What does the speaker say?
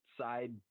side